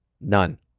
None